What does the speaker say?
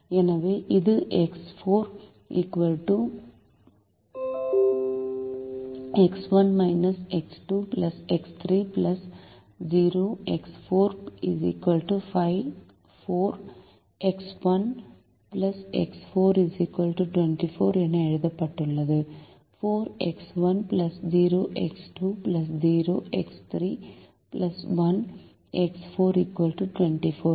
எனவே இது x 1 x 2 x 3 0 x 4 5 4 x 1 x 4 24 என எழுதப்பட்டுள்ளது 4 எக்ஸ் 1 0 எக்ஸ் 2 0 எக்ஸ் 3 1 எக்ஸ் 4 24